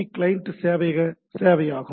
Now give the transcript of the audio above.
client சேவையக சேவையாகும்